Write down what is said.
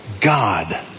God